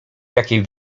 jakie